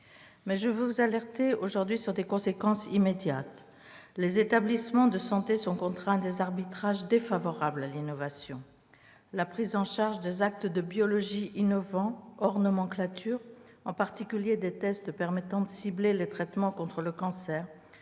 Mais je veux vous alerter sur des conséquences immédiates. Les établissements de santé sont contraints à des arbitrages défavorables à l'innovation. La prise en charge des actes de biologie innovants hors nomenclature, en particulier des tests permettant de cibler les traitements contre le cancer,